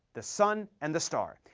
the sun, and the star,